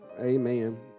amen